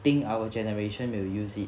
think our generation will use it